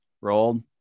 rolled